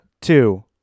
Two